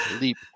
leap